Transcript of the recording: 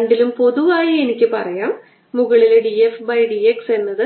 രണ്ടിലും പൊതുവായി എനിക്ക് പറയാം മുകളിലെ d f by d x എന്നത്